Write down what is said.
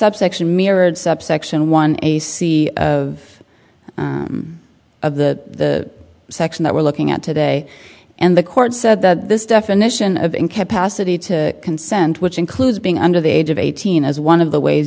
subsection mirrored subsection one a c of the section that we're looking at today and the court said that this definition of incapacity to consent which includes being under the age of eighteen as one of the ways